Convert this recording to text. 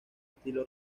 estilo